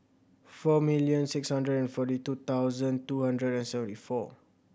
four million six hundred and forty two thousand two hundred and seventy four